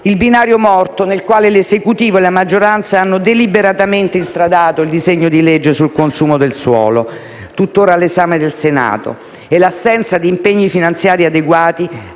il binario morto nel quale l'Esecutivo e la maggioranza hanno deliberatamente instradato il disegno di legge sul consumo di suolo, tuttora all'esame del Senato, e l'assenza di impegni finanziari adeguati,